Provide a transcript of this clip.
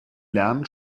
lernen